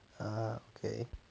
(uh huh) okay